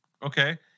Okay